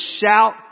shout